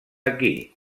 aquí